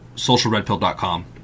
socialredpill.com